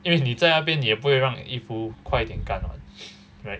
因为你在那边也不会让衣服快点干 [what]